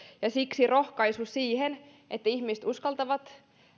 siksi rohkaisu siihen että ihmiset uskaltavat